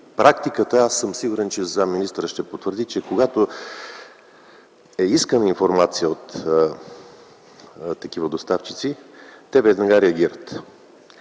Практиката, аз съм сигурен, че заместник-министърът ще потвърди, е когато е искана информация на такива доставчици, те веднага реагират.